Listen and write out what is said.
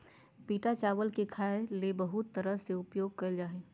पिटा चावल के खाय ले बहुत तरह से उपयोग कइल जा हइ